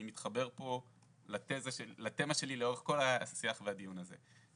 אני מתחבר פה לתמה שלי לאורך כל השיח והדיון הזה,